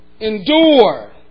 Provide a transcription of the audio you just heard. Endure